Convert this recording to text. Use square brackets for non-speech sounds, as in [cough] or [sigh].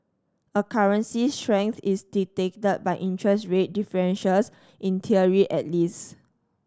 a currency's strength is [unintelligible] by interest rate differentials in theory at least